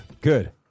Good